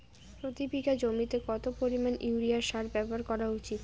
প্রতি বিঘা জমিতে কত পরিমাণ ইউরিয়া সার ব্যবহার করা উচিৎ?